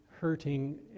hurting